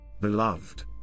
beloved